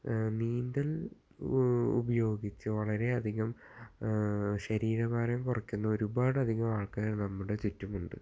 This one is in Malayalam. നീന്തൽ ഉപയോഗിച്ച് വളരെ അധികം ശരീര ഭാരം കുറയ്ക്കുന്ന ഒരു ഒരുപാട് അധികം ആൾക്കാർ നമ്മുടെ ചുറ്റുമുണ്ട്